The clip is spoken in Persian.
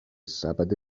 سبد